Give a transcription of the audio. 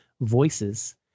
voices